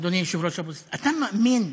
אדוני היושב-ראש, אתה מאמין,